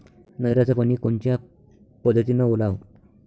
नयराचं पानी कोनच्या पद्धतीनं ओलाव?